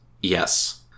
Yes